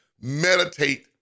Meditate